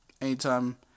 anytime